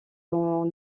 dans